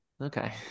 Okay